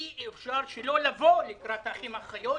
אי אפשר שלא לבוא לקראת האחים והאחיות,